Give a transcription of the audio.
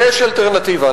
יש אלטרנטיבה.